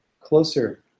closer